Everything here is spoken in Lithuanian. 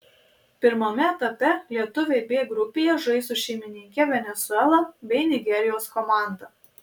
pirmame etape lietuviai b grupėje žais su šeimininke venesuela bei nigerijos komanda